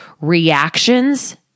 reactions